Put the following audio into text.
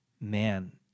man